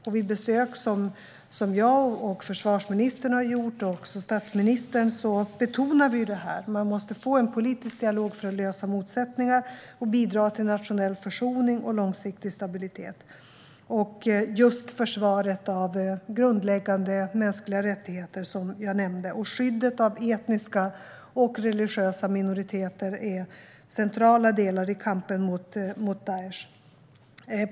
Vid de besök som jag, försvarsministern och statsministern har gjort har vi betonat att man måste få en politisk dialog för att lösa motsättningar och bidra till nationell försoning och långsiktig stabilitet. Just försvaret av grundläggande mänskliga rättigheter, som jag nämnde, och skyddet av etniska och religiösa minoriteter är centrala delar i kampen mot Daish.